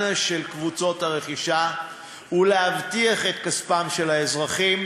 קבוצות הרכישה ולהבטיח את כספם של האזרחים,